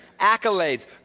accolades